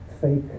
fake